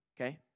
okay